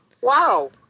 wow